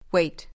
Wait